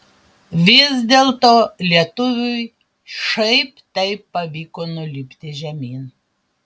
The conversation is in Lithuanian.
vis dėlto lietuviui šiaip taip pavyko nulipti žemyn